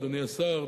אדוני השר,